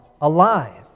alive